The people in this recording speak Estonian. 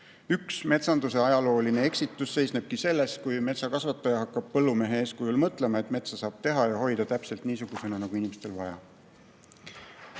Üks metsanduse ajalooline eksitus seisnebki selles, kui metsakasvataja hakkab põllumehe eeskujul mõtlema, et metsa saab hoida täpselt niisugusena, nagu inimestel vaja.